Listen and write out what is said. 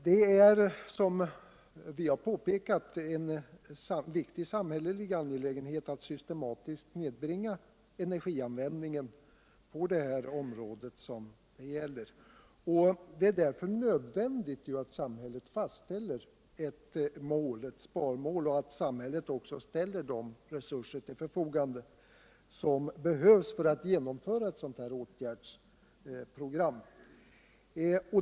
Det är, som vi har påpekat, en viktig samhällelig angelägenhet att systematiskt nedbringa energianvändningen på detta område. Det är därför nödvändigt att samhället fastställer ett sparmål och att samhället också ställer de resurser till förfogande som behövs för att genomföra ett sådant här åtgärdsprogram.